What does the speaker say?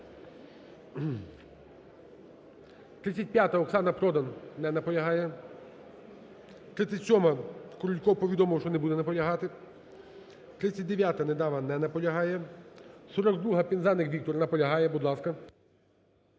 35-а, Оксана Продан. Не наполягає. 37-а, Крулько повідомив, що не буде наполягати. 39-а, Недава. Не наполягає. 42-а, Пинзеник Віктор. Наполягає. Будь ласка.